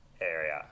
area